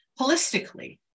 holistically